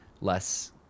less